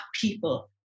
people